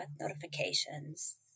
notifications